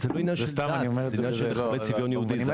זה לא עניין של דת זה עניין של ציביון יהודי.